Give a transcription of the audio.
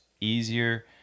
easier